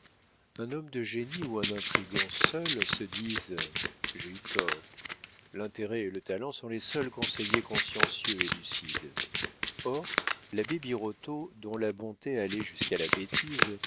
un homme de génie ou un intrigant seuls se disent j'ai eu tort l'intérêt et le talent sont les seuls conseillers consciencieux et lucides or l'abbé birotteau dont la bonté allait jusqu'à la bêtise